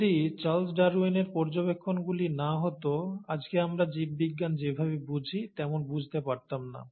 যদি চার্লস ডারউইনের পর্যবেক্ষণগুলি না হত আজকে আমরা জীববিজ্ঞান যেভাবে বুঝি তেমন বুঝতে পারতাম না